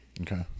Okay